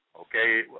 okay